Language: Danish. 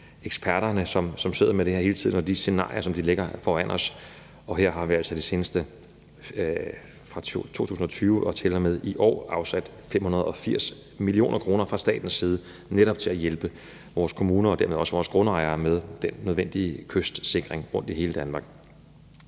eksperterne, som sidder med det her hele tiden, og de scenarier, som de lægger foran os. Og her har vi altså fra 2020 til og med i år afsat 580 mio. kr. fra statens side til netop at hjælpe vores kommuner og dermed også vores grundejere med den nødvendige kystsikring rundt i hele Danmark.